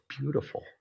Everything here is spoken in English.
beautiful